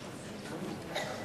הכפפה.